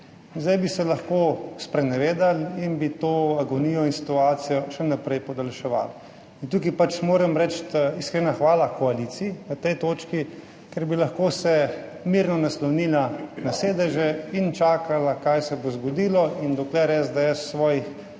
zdaj bi se lahko sprenevedali in bi to agonijo in situacijo še naprej podaljševali. Tukaj moram reči iskrena hvala koaliciji na tej točki, ker bi se lahko mirno naslonila na sedeže in čakala, kaj se bo zgodilo, in dokler SDS svojih